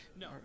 No